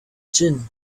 gin